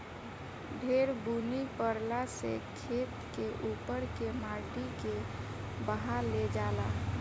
ढेर बुनी परला से खेत के उपर के माटी के बहा ले जाला